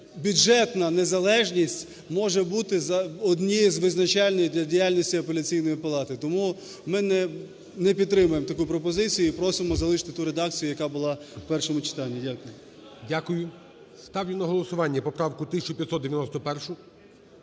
бюджетна незалежність може бути однією з визначальної для діяльності Апеляційної палати. Тому ми не підтримуємо таку пропозицію і просимо залишити ту редакцію, яка була в першому читанні. Дякую. ГОЛОВУЮЧИЙ. Дякую. Ставлю на голосування поправку 1591,